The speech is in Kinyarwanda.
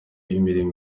imirimo